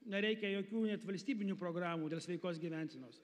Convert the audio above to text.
nereikia jokių net valstybinių programų dėl sveikos gyvensenos